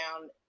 down